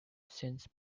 since